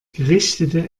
gerichtete